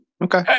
Okay